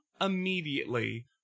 immediately